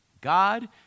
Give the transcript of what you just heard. God